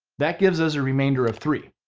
that gives us a remainder of three.